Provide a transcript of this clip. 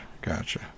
Gotcha